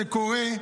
זה קורה,